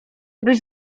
byś